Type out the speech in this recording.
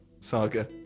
saga